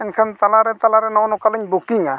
ᱮᱱᱠᱷᱟᱱ ᱛᱟᱞᱟᱨᱮ ᱛᱟᱞᱟᱨᱮ ᱱᱚᱜᱼᱚ ᱱᱚᱠᱟᱞᱤᱧ ᱼᱟ